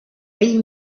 vell